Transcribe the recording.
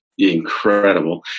incredible